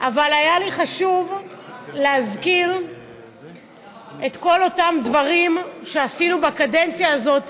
אבל היה לי חשוב להזכיר את כל אותם דברים שעשינו בקדנציה הזאת,